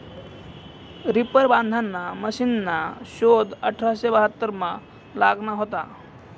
reaper बांधाना मशिनना शोध अठराशे बहात्तरमा लागना व्हता